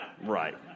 right